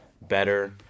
better